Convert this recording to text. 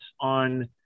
on